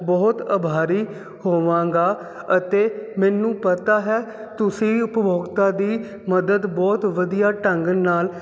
ਬਹੁਤ ਅਭਾਰੀ ਹੋਵਾਂਗਾ ਅਤੇ ਮੈਨੂੰ ਪਤਾ ਹੈ ਤੁਸੀਂ ਉਪਭੋਗਤਾ ਦੀ ਮਦਦ ਬਹੁਤ ਵਧੀਆ ਢੰਗ ਨਾਲ